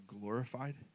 glorified